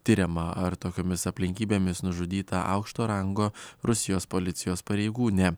tiriama ar tokiomis aplinkybėmis nužudyta aukšto rango rusijos policijos pareigūnė